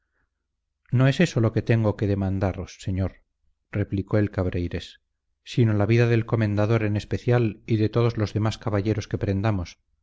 no es eso lo que tengo que demandaros señor replicó el cabreirés sino la vida del comendador en especial y de todos los demás caballeros que prendamos